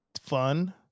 fun